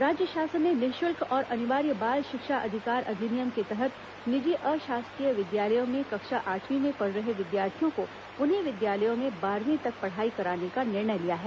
राज्य शासन ने निःशुल्क और अनिवार्य बाल शिक्षा अधिकार अधिनियम के तहत निजी अशासकीय विद्यालयों में कक्षा आठवीं में पढ़ रहे विद्यार्थियों को उन्हीं विद्यालयों में बारहवीं तक पढ़ाई कराने का निर्णय लिया है